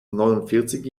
neunundvierzig